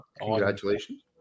Congratulations